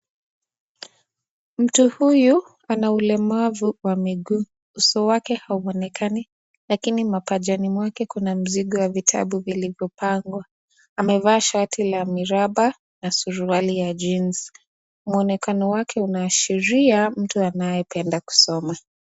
Mtu huyu ana ulemavu wa miguu. Uso wake hauonekani lakini mapajani mwake kuna mzigo ya vitabu vilivyopangwa. Amevaa shati la miraba na suruali ya jeans . Mwonekano wake unaashiria mtu anayependa kusoma.